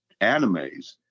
animes